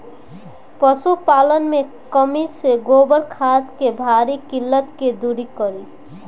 पशुपालन मे कमी से गोबर खाद के भारी किल्लत के दुरी करी?